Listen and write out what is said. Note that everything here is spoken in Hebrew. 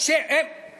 מה אתה אומר?